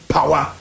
Power